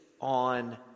on